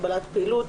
הגבלת פעילות),